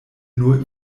nur